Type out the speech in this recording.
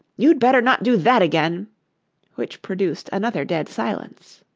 you'd better not do that again which produced another dead silence.